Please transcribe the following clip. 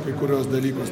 kai kuriuos dalykus